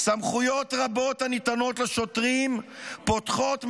"סמכויות רבות הניתנות לשוטרים פותחות,